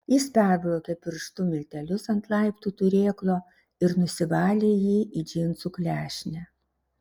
jis perbraukė pirštu miltelius ant laiptų turėklo ir nusivalė jį į džinsų klešnę